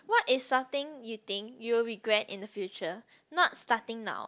what is something you think you will regret in the future not starting now